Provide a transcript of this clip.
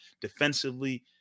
defensively